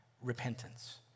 repentance